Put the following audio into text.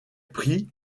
prit